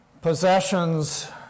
possessions